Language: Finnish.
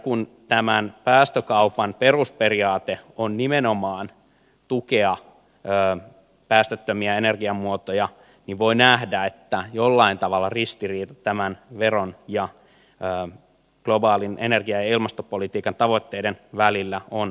kun tämän päästökaupan perusperiaate on nimenomaan tukea päästöttömiä energiamuotoja niin voi nähdä että jollain tavalla ristiriita tämän veron ja globaalin energia ja ilmastopolitiikan tavoitteiden välillä on selvä